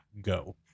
go